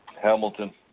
Hamilton